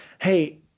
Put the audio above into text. Hey